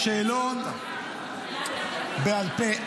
נמסר כי הקראת שאלון או שאלון בעל פה,